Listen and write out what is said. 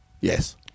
Yes